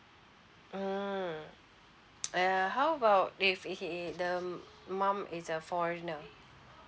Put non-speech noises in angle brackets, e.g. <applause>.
mm <noise> err how about if okay the mum is a foreigner